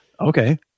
Okay